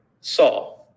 saw